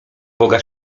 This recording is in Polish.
boga